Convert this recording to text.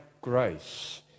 grace